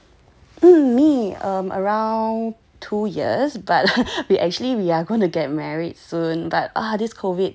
mm me around two years but actually we are going to get married soon but this COVID